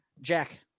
Jack